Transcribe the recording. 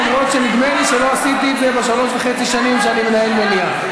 למרות שנדמה לי שלא עשיתי את זה בשלוש וחצי השנים שאני מנהל מליאה,